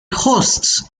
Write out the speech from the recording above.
hosts